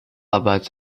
aber